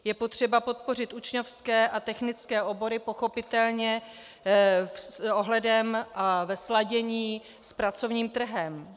Je potřeba podpořit učňovské a technické obory, pochopitelně s ohledem a ve sladění s pracovním trhem.